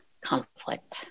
conflict